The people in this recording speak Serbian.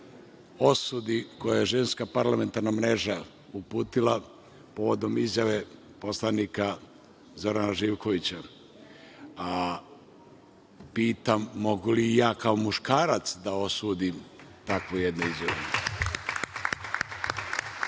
osudi koju je Ženska parlamentarna mreža uputila povodom izjave poslanika Zorana Živkovića. Pitam, mogu li i ja kao muškarac da osudim takvu jednu izjavu? Danas